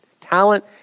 talent